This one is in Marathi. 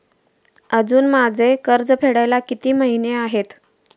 अजुन माझे कर्ज फेडायला किती महिने आहेत?